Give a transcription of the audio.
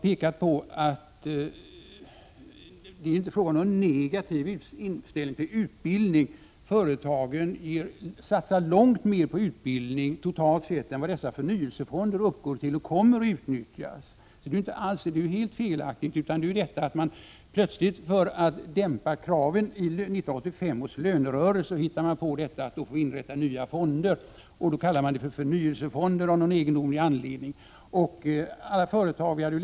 Det är inte heller fråga om någon negativ inställning till utbildning, men företagen satsar långt mer på utbildning, totalt sett, än vad förnyelsefonderna uppgår till. Det påståendet är alltså totalt felaktigt. Vad vi har invänt mot är att man plötsligt för att dämpa kraven i 1985 års lönerörelse hittade på att inrätta nya fonder och av någon egendomlig anledning kallade dem förnyelsefonder.